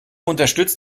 unterstützt